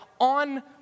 on